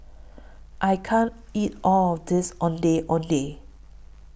I can't eat All of This Ondeh Ondeh